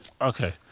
okay